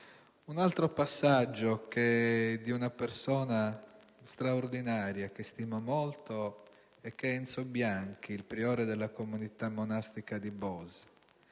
un altro passaggio di una persona straordinaria, che stimo molto, ossia Enzo Bianchi, il priore della comunità monastica di Bose,